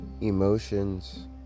emotions